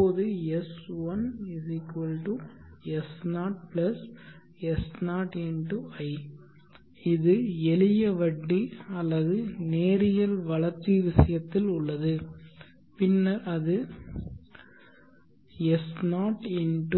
இப்போது S1 S0 S0 × i இது எளிய வட்டி அல்லது நேரியல் வளர்ச்சி விஷயத்தில் உள்ளது பின்னர் அது S0 ×